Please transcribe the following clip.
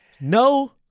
No